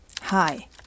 hi